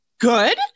good